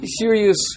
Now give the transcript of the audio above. serious